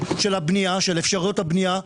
של אפשרויות הבנייה,